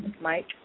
Mike